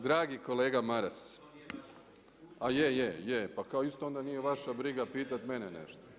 Dragi kolega Maras, … [[Upadica se ne čuje.]] A je, je, je, pa kao isto onda nije vaša briga pitati mene nešto.